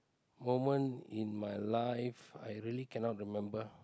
moment in my life I really cannot remember